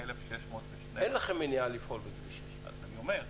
22,612. אין לכם מניעה לפעול בכביש 6. אז אני אומר,